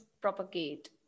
propagate